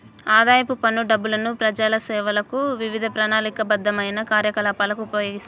ఆదాయపు పన్ను డబ్బులను ప్రజాసేవలకు, వివిధ ప్రణాళికాబద్ధమైన కార్యకలాపాలకు వినియోగిస్తారు